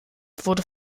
wurde